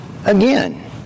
Again